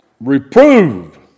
Reprove